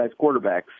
quarterbacks